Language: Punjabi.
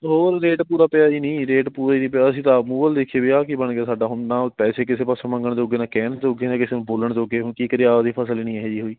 ਹੋਰ ਰੇਟ ਪੂਰਾ ਪਿਆ ਹੀ ਨਹੀਂ ਰੇਟ ਪੂਰਾ ਹੀ ਨਹੀਂ ਪਿਆ ਅਸੀਂ ਤਾਂ ਆਪ ਮੂੰਹ ਵੱਲ ਦੇਖੀਏ ਵੀ ਆਹ ਕੀ ਬਣ ਗਿਆ ਸਾਡਾ ਹੁਣ ਨਾ ਪੈਸੇ ਕਿਸੇ ਪਾਸੋਂ ਮੰਗਣ ਜੋਗੇ ਨਾ ਕਹਿਣ ਜੋਗੇ ਨਾ ਕਿਸੇ ਨੂੰ ਬੋਲਣ ਜੋਗੇ ਹੁਣ ਕੀ ਕਰਿਆ ਆਪਣੀ ਫ਼ਸਲ ਹੀ ਨਹੀਂ ਇਹੋ ਜਿਹੀ ਹੋਈ